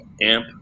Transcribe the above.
Amp